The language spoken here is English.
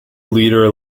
leader